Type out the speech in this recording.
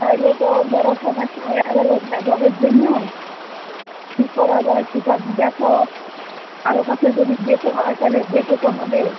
তাহলে তো বড়ো সমস্যা হয়ে গেলো জলের জন্য কী করা যায় সেটা দেখো কারোর কাছে যদি যেতে হয় তালে যেতে তো হবে